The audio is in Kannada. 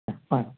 ಹಾಂ ಹಾಂ